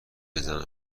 بزن